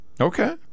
Okay